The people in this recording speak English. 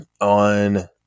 On